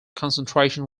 concentration